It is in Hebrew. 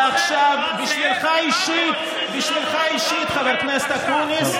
ועכשיו, בשבילך אישית, חבר הכנסת אקוניס,